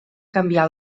canviar